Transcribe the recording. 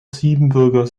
siebenbürger